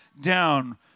down